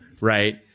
right